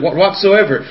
whatsoever